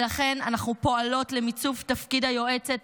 ולכן אנחנו פועלות למיצוב תפקיד היועצות